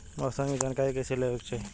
मौसम के जानकारी कईसे लेवे के चाही?